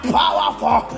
powerful